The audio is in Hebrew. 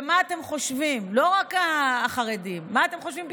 ומה אתם חושבים, לא רק החרדים, מה אתם חושבים,